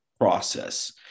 process